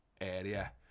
area